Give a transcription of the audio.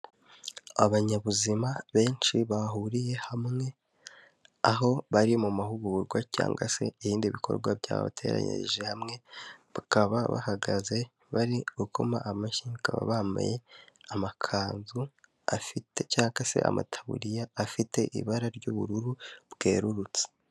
Abanyabuzima benshi bahuriye hamwe aho bari mu mahugurwa cyangwa se ibindi bikorwa byabateranyije hamwe, bakaba bahagaze bari gukoma amashyi, bakaba bambaye amakanzu afite cyangwa se amataburiya afite ibara ry'ubururu bwerurutse.